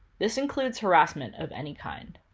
this includes harassment of any kind.